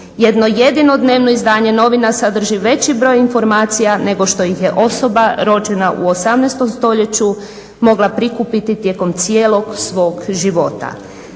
jedno jedino dnevno izdanje novina sadrži veći broj informacija nego što ih je osoba rođena u 18. stoljeću mogla prikupiti tijekom cijelog svog života.